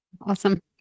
Awesome